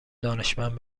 دانشمند